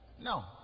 No